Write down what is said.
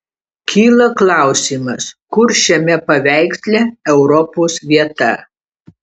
kyla klausimas kur šiame paveiksle europos vieta